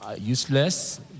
useless